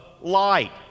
light